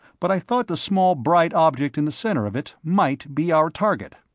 but i thought the small bright object in the center of it might be our target.